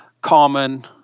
common